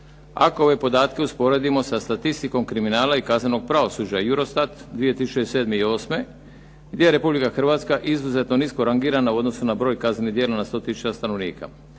ako ove podatke usporedimo sa statistikom kriminala i kaznenog pravosuđa EUROSTAT 2007. i osme gdje je Republika Hrvatska izuzetno nisko rangirana u odnosu na broj kaznenih djela na 100000 stanovnika.